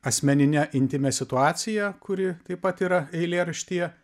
asmenine intymia situacija kuri taip pat yra eilėraštyje